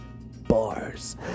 bars